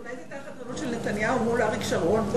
אולי זו היתה החתרנות של נתניהו מול אריק שרון?